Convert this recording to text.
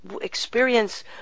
experience